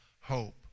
hope